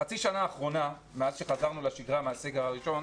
בחצי שנה האחרונה מאז שחזרנו לשגרה מהסגר הראשון,